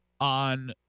on